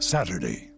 Saturday